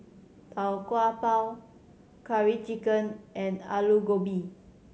Tau Kwa Pau Curry Chicken and Aloo Gobi